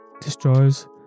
destroys